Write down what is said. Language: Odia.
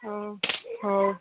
ହଁ ହଉ